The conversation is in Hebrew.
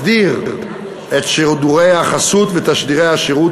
מסדיר את שידורי החסות ותשדירי השירות